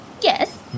Yes